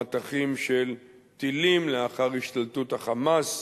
מטחים של טילים לאחר השתלטות ה"חמאס"